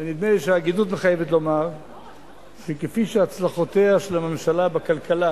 ונדמה לי שההגינות מחייבת לומר שכפי שהצלחותיה של הממשלה בכלכלה